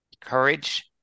courage